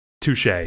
touche